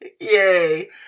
Yay